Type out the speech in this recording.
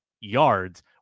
yards